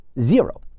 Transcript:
zero